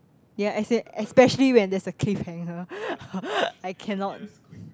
ya as in especially when there's a cliffhanger I cannot